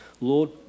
Lord